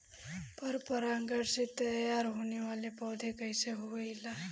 पर परागण से तेयार होने वले पौधे कइसे होएल?